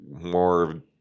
more